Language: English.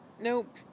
Nope